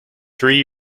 three